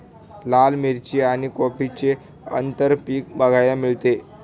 लाल मिरची आणि कॉफीचे आंतरपीक बघायला मिळते